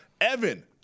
Evan